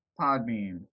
Podbean